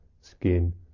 skin